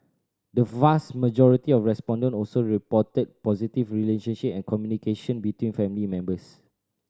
the vast majority of respondent also reported positive relationship and communication between family members